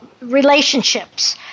relationships